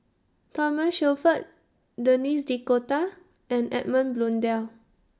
Thomas Shelford Denis D'Cotta and Edmund Blundell